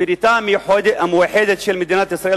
בירתה המאוחדת של מדינת ישראל,